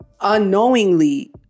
unknowingly